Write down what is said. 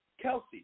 Kelsey